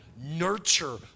nurture